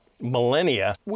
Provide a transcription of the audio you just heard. millennia